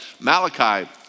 Malachi